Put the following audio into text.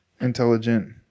intelligent